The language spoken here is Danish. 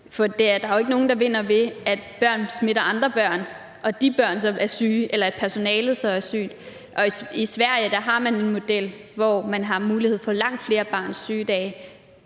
der er jo ikke nogen, der vinder ved, at børn smitter andre børn, og at de børn så er syge, eller at personalet så er sygt. I Sverige har man en model, hvor man har mulighed for langt flere barns sygedage,